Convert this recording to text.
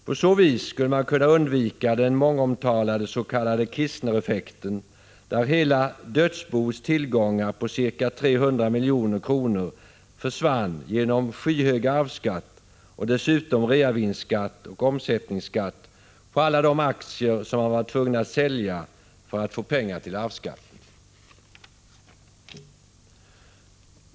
På så vis skulle den mångomtalade s.k. Kistnereffekten kunna undvikas, där hela dödsboets tillgångar på ca 300 milj.kr. försvann genom skyhög arvsskatt och dessutom reavinstskatt och omsättningsskatt på alla de aktier som man var tvungen att sälja för att få pengar till arvsskatten.